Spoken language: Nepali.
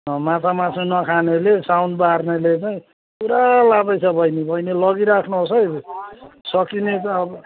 माछा मासु नखानेले साउन बार्नेले नै पुरा लाँदैछ बैनी लगी राख्नुहोस् है सकिने त अब